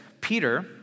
Peter